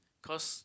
cause